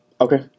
Okay